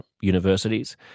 universities